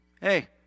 Hey